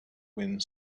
wind